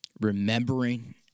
Remembering